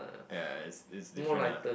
ya it's it's different ah